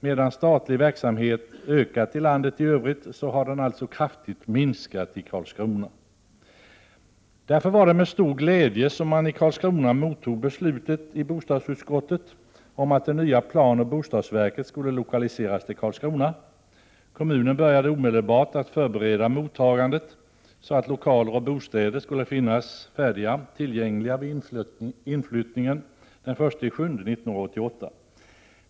Medan den statliga verksamheten i landet i övrigt har ökat, har den minskat kraftigt i Karlskrona. Därför var det med stor glädje som man i Karlskrona mottog beslutet i bostadsutskottet om att det nya planoch bostadsverket skulle lokaliseras till Karlskrona. Kommunen började omedelbart att förbereda mottagandet, så att lokaler och bostäder skulle finnas färdiga och tillgängliga vid inflyttningen den 1 juli 1988.